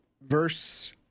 verse